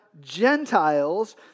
Gentiles